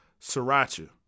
sriracha